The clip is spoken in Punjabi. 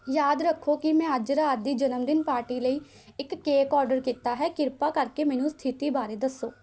ਯਾਦ ਰੱਖੋ ਕਿ ਮੈਂ ਅੱਜ ਰਾਤ ਦੀ ਜਨਮਦਿਨ ਪਾਰਟੀ ਲਈ ਇੱਕ ਕੇਕ ਔਡਰ ਕੀਤਾ ਹੈ ਕਿਰਪਾ ਕਰਕੇ ਮੈਨੂੰ ਸਥਿਤੀ ਬਾਰੇ ਦੱਸੋ